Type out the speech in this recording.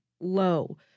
low